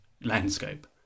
landscape